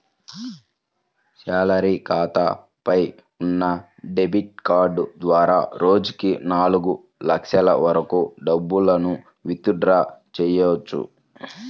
salary ఖాతాపై ఉన్న debit card ద్వారా రోజుకి నాలుగు లక్షల వరకు డబ్బులను విత్ డ్రా చెయ్యవచ్చు